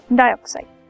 dioxide